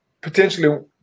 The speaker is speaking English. potentially